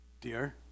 Dear